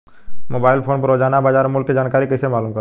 Mobile phone पर रोजाना बाजार मूल्य के जानकारी कइसे मालूम करब?